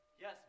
Yes